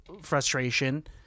frustration